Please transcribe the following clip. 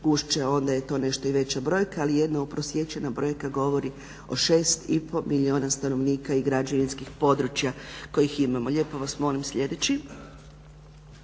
gušće onda je to nešto i veća brojka, ali jedna uprosječena brojka govori o 6 i pol milijuna stanovnika i građevinskih područja kojih imamo. Lijepo vas molim sljedeći.